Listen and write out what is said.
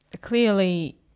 clearly